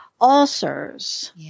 Ulcers